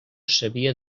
sabia